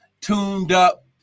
tuned-up